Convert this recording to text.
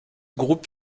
groupe